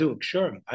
sure